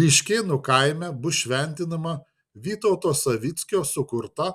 ryškėnų kaime bus šventinama vytauto savickio sukurta